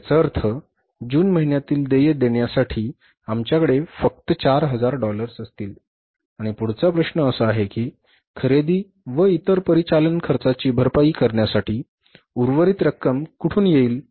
याचा अर्थ जून महिन्यातील देय देण्यासाठी आमच्याकडे फक्त 4000 डॉलर्स असतील आणि पुढचा प्रश्न असा आहे की खरेदी व इतर परिचालन खर्चाची भरपाई करण्यासाठी उर्वरित रक्कम कुठून येईल